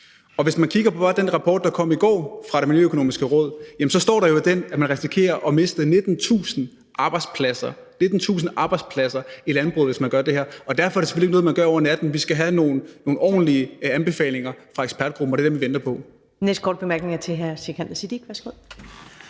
Hvis man kigger på den rapport, der kom i går fra Det Miljøøkonomiske Råd, kan man jo se, at der står i den, at man risikerer at miste 19.000 arbejdspladser i landbruget, hvis man gør det her, og derfor er det selvfølgelig ikke noget, man gør over natten. Vi skal have nogle ordentlige anbefalinger fra ekspertgruppen, og det er dem, som vi venter på. Kl. 14:01 Første næstformand (Karen